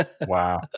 Wow